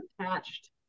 attached